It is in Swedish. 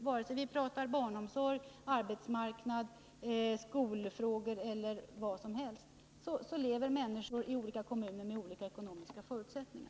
Vare sig vi pratar barnomsorg, arbetsmarknadspolitik, skolfrågor eller vad som helst lever människorna i kommuner med olika ekonomiska resurser.